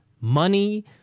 money